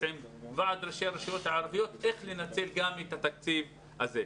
עם ועד ראשי הרשויות הערביות איך לנצל גם את התקציב הזה.